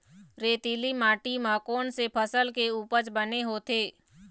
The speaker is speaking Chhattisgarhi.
रेतीली माटी म कोन से फसल के उपज बने होथे?